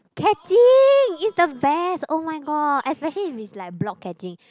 catching it's the best oh-my-god especially if it's like block catching